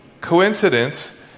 coincidence